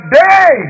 day